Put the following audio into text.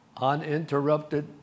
Uninterrupted